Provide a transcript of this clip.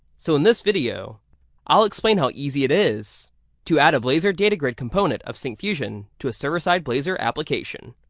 so in this video i'll explain how easy it is to add a blazor data grid component of sync fusion to a server side blazor application.